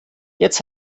jetzt